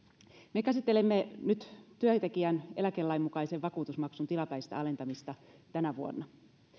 me käsittelemme nyt työntekijän eläkelain mukaisen vakuutusmaksun tilapäistä alentamista tänä vuonna